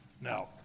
Now